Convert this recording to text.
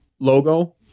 logo